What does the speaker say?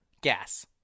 Gas